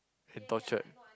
and tortured